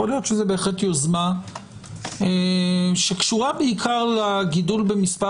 יכול להיות שזו יוזמה שקשורה בעיקר לגידול במספר